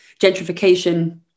gentrification